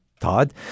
Todd